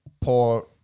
poor